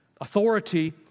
authority